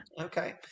Okay